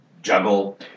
Juggle